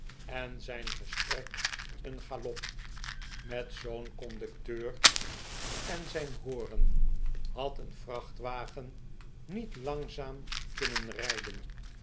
en zijn gesprek een galop met zoo'n conducteur en zijn horen had een vrachtwagen niet langzaam kunnen rijden